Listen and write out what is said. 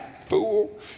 fool